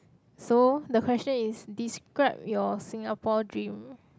so the question is describe your Singapore dream